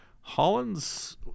Holland's